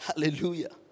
Hallelujah